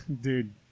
dude